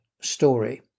story